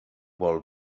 vol